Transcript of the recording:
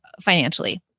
financially